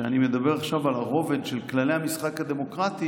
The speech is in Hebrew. שכשאני מדבר עכשיו על הרובד של כללי המשחק הדמוקרטיים,